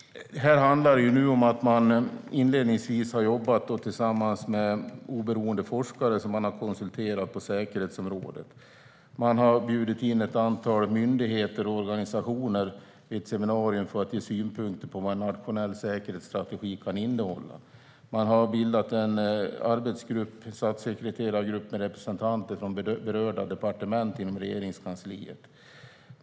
Inledningsvis har man jobbat tillsammans med oberoende forskare som man har konsulterat på säkerhetsområdet. Man har bjudit in ett antal myndigheter och organisationer till ett seminarium för att det ska ges synpunkter på vad en nationell säkerhetsstrategi kan innehålla. Det har bildats en arbetsgrupp - statssekreterargruppen - med representanter från berörda departement inom Regeringskansliet.